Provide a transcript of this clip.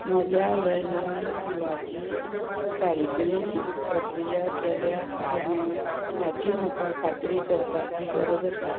म्हज्या लँडलायन बिलाची फारीकणी प्रक्रिया केल्या काय ना हाची म्हाका खात्री करपाची गरज आसा